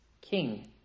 king